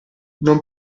non